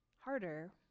harder